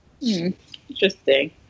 interesting